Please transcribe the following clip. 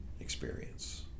experience